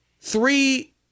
three